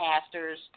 pastors